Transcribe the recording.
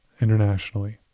internationally